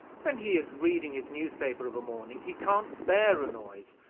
when he is reading his newspaper of a morning, he can't bear a noise,